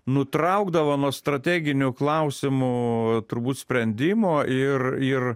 nutraukdavo nuo strateginių klausimų turbūt sprendimo ir ir